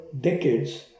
decades